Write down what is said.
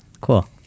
cool